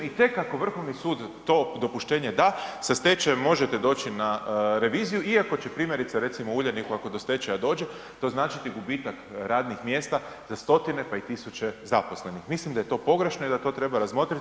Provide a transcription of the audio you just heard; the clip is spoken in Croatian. I tek ako Vrhovni sud to dopuštenje da sa stečajem možete doći na reviziju iako će primjerice recimo u Uljaniku ako do stečaja dođe to značiti gubitak radnih mjesta za stotine pa i tisuće zaposlenih, mislim da je to pogrešno i da to treba razmotriti.